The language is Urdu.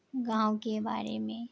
گاؤں کے بارے میں